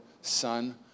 son